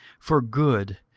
for good,